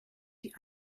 die